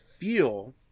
feel